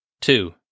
Two